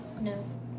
No